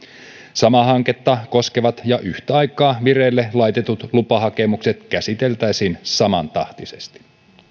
samaa hanketta koskevat ja yhtä aikaa vireille laitetut lupahakemukset käsiteltäisiin samantahtisesti